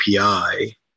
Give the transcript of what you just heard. API